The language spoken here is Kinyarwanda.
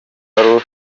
wari